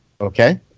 Okay